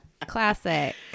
classic